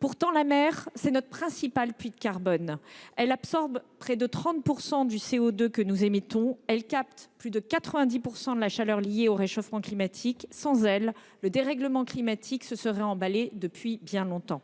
cette dernière… La mer est pourtant notre principal puits de carbone. Elle absorbe près de 30 % du CO2 que nous émettons et capte plus de 90 % de la chaleur liée au réchauffement climatique. Sans elle, le dérèglement climatique se serait emballé depuis bien longtemps.